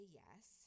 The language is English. yes